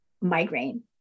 migraine